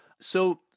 So-